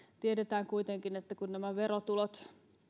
tiedetään kuitenkin että kun nämä verotulot